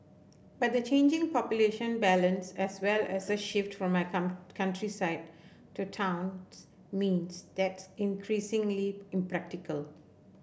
but the changing population balance as well as a shift from my come countryside to towns means that's increasingly impractical